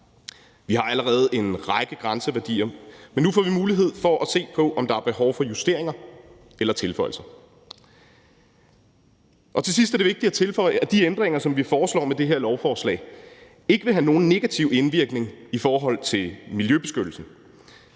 Vi har allerede en række grænseværdier, men nu får vi mulighed for at se på, om der er behov for justeringer eller tilføjelser. Til sidst er det vigtigt at tilføje, at de ændringer, som vi foreslår med det her lovforslag, ikke vil have nogen negativ indvirkning i forhold til miljøbeskyttelse.